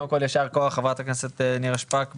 קודם כל, יישר כוח חברת הכנסת נירה שפק.